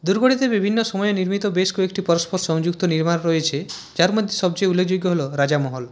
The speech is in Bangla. দুর্গটিতে বিভিন্ন সময়ে নির্মিত বেশ কয়েকটি পরস্পর সংযুক্ত নির্মাণ রয়েছে যার মধ্যে সবচেয়ে উল্লেখযোগ্য হল রাজা মহল